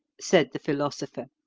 said the philosopher.